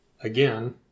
again